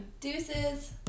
Deuces